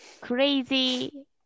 crazy